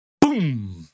boom